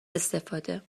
استفاده